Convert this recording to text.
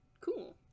Cool